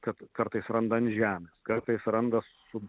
kad kartais randa ant žemės kartais randa su